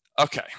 okay